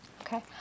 Okay